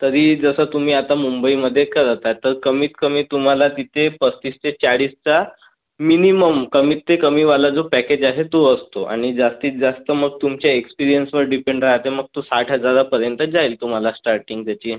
तरी जसं तुम्ही आता मुंबईमध्ये करत आहात तर कमीतकमी तुम्हाला तिथे पस्तीस ते चाळीसचा मिनीमम कमीत ते कमीवाला जो पॅकेज आहे तो असतो आणि जास्तीत जास्त मग तुमच्या एक्सपिरिअन्सवर डिपेंड राहते मग तो साठ हजारापर्यंत जाईल तुम्हाला स्टार्टिंग त्याची